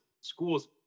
schools